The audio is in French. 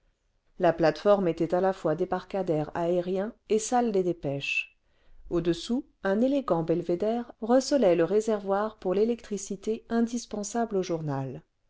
la plate-forme était à la fois débarcadère aérien et salle des dépêches au-dessous un élégant belvédère recelait le réservoir pour l'électricité indispensable au journal